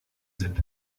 sind